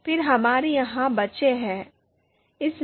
फिर हमारे यहां बच्चे हैं